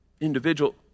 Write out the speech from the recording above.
individual